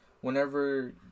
whenever